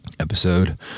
Episode